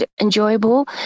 enjoyable